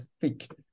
thick